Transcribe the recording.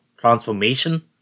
transformation